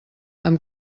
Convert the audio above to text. amb